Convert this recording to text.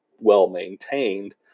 well-maintained